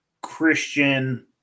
christian